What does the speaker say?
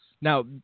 Now